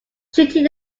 shooting